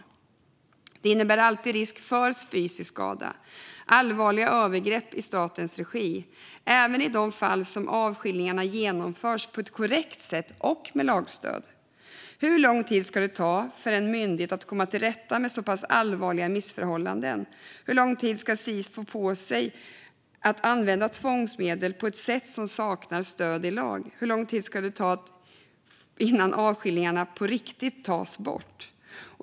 Det innebär alltid risk för fysisk skada. Det är allvarliga övergrepp i statens regi, även i de fall som avskiljningarna genomförs på ett korrekt sätt och med lagstöd. Hur lång tid ska det ta för en myndighet att komma till rätta med så pass allvarliga missförhållanden? Hur lång tid ska Sis få på sig att använda tvångsmedel på ett sätt som saknar stöd i lag? Hur lång tid ska det få ta innan avskiljningar på riktigt tas bort?